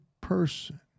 person